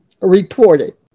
reported